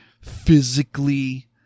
physically